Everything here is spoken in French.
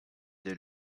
des